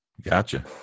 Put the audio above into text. Gotcha